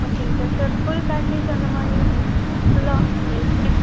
ஓகேங்க sir sir full package அந்த மாதிரில்லாம் ஃபுல்லாக எல்லாமே